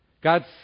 God's